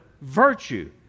virtue